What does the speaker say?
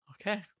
okay